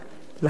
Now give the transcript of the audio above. לכן,